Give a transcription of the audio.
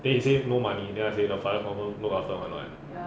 then he say no money then I say her father confirm look after [one] [what]